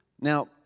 Now